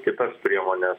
kitas priemones